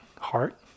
heart